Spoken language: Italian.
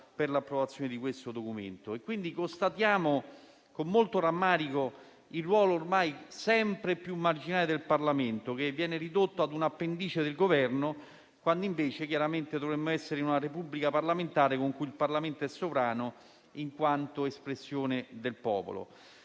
per l'approvazione del documento. Constatiamo quindi, con molto rammarico, il ruolo sempre più marginale del Parlamento, che viene ridotto ad un'appendice del Governo, quando invece dovremmo essere in una Repubblica parlamentare, in cui il Parlamento è sovrano, in quanto espressione del popolo.